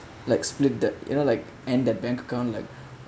like split that you know like and that bank account like